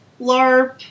LARP